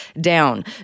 down